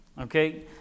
Okay